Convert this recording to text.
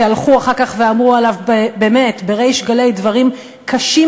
שהלכו אחר כך ואמרו עליו בריש גלי באמת דברים קשים,